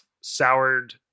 soured